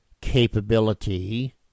capability